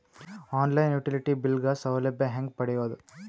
On line utility bill ಗ ಸೌಲಭ್ಯ ಹೇಂಗ ಪಡೆಯೋದು?